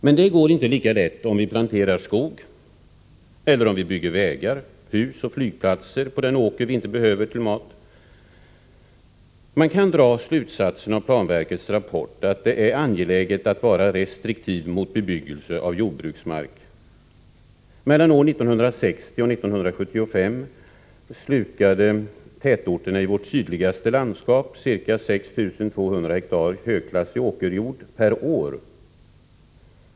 Men det går inte lika lätt om vi planterar skog eller om vi bygger vägar, hus och flygplatser på den åker som vi inte behöver till mat. Man kan dra slutsatsen av planverkets rapport att det är angeläget att man är restriktiv när det gäller bebyggelse av jordbruksmark. Mellan åren 1960 och 1975 slukade tätorterna i vårt sydligaste landskap ca 6 200 hektar högklassig åkerjord per år.